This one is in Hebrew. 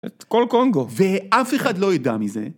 ‫כל קונגו. ‫-ואף אחד לא ידע מזה.